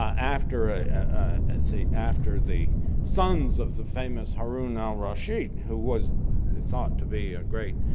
after ah the after the sons of the famous harun al-rashid who was thought to be a great